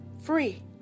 Free